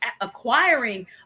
acquiring